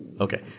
okay